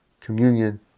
communion